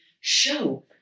show